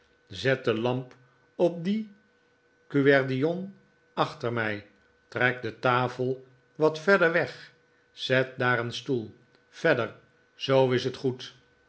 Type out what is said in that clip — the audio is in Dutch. zet de lamp op dien gueridon achter mij trek de tafel wat verder weg zet daar een stoel verder zoo is het goed